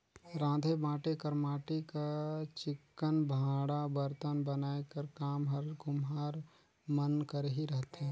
राँधे बांटे कर माटी कर चिक्कन भांड़ा बरतन बनाए कर काम हर कुम्हार मन कर ही रहथे